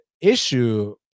issue